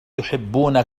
يحبون